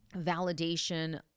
validation